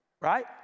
right